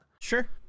Sure